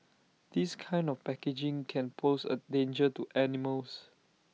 this kind of packaging can pose A danger to animals